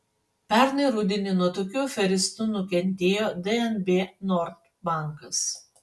pernai rudenį nuo tokių aferistų nukentėjo dnb nord bankas